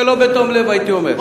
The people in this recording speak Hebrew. שלא בתום לב, הייתי אומר.